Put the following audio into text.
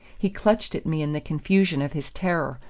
he clutched at me in the confusion of his terror,